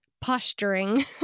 posturing